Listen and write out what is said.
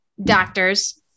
doctors